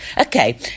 Okay